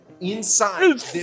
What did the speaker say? inside